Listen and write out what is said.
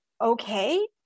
okay